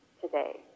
today